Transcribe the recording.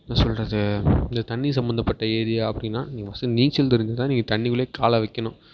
என்ன சொல்வது இந்த தண்ணி சம்மந்தப்பட்ட ஏரியா அப்படின்னா நீங்கள் ஃபஸ்ட்டு நீச்சல் தெரிஞ்சால் தான் நீங்கள் தண்ணிக்குள்ளேயே காலை வைக்கணும்